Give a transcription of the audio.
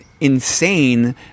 insane